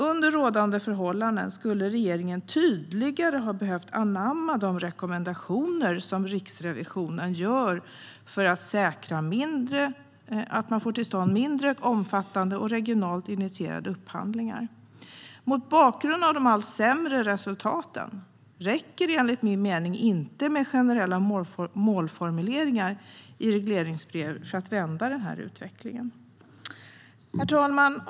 Under rådande förhållanden skulle regeringen tydligare ha behövt anamma Riksrevisionens rekommendationer för att säkra att man får till stånd mindre omfattande och regionalt initierade upphandlingar. Mot bakgrund av de allt sämre resultaten räcker det enligt min mening inte med generella målformuleringar i regleringsbrev för att vända utvecklingen. Herr talman!